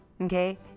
Okay